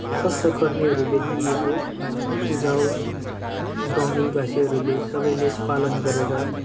स्वास्थ्य कर्मीहरूले दिएको सुझाव गाउँले बासीहरूले सबैले पालन गरेर